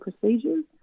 procedures